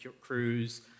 crews